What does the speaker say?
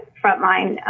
frontline